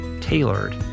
tailored